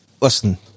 listen